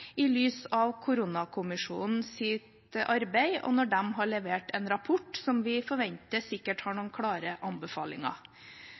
i lys av koronakommisjonens arbeid, når de har levert en rapport som vi forventer sikkert har